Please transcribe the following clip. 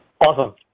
Awesome